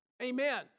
Amen